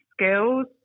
skills